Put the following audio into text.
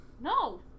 No